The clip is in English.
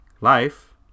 Life